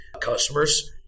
customers